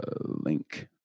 link